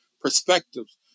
perspectives